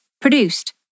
produced